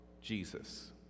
Jesus